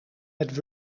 met